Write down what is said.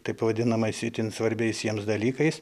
taip vadinamais itin svarbiais jiems dalykais